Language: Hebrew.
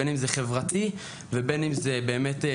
בין אם זה חברתי ובין אם זה לימודי.